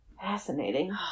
Fascinating